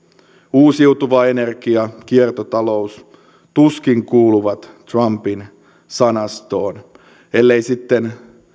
uusiutuva energia kiertotalous tuskin kuuluvat trumpin sanastoon ellei sitten